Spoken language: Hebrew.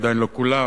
עדיין לא כולם,